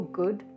good।